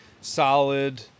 solid